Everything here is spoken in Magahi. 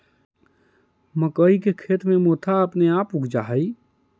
मक्कइ के खेत में मोथा अपने आपे उग जा हई